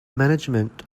management